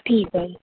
ठीक आहे